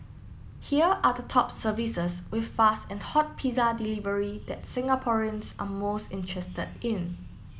here are the top services with fast and hot pizza delivery that Singaporeans are most interested in